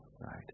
right